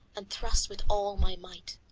and thrust with all my might.